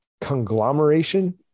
conglomeration